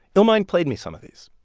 illmind played me some of these